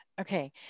Okay